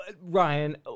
Ryan